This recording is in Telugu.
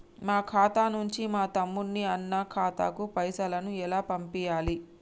మా ఖాతా నుంచి మా తమ్ముని, అన్న ఖాతాకు పైసలను ఎలా పంపియ్యాలి?